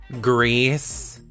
Greece